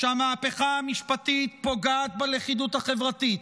שהמהפכה המשפטית פוגעת בלכידות החברתית,